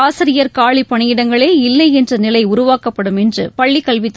ஆசிரியர் காலிப் பணியிடங்களே இல்லை என்ற நிலை உருவாக்கப்படும் என்று பள்ளிக் கல்வித்